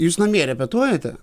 jūs namie repetuojate